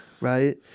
right